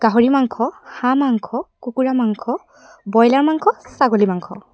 গাহৰি মাংস হাঁহ মাংস কুকুৰা মাংস ব্ৰইলাৰ মাংস ছাগলী মাংস